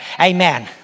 Amen